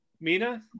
Mina